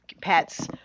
pets –